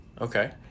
Okay